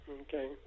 Okay